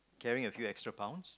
carrying a few extra pounds